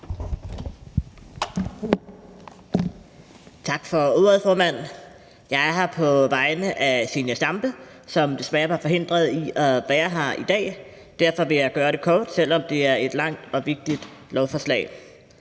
Tak for ordet, formand. Jeg er her på vegne af fru Zenia Stampe, som desværre var forhindret i at være her i dag. Derfor vil jeg gøre det kort, selv om det er et langt og vigtigt lovforslag.